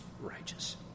righteous